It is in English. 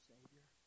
Savior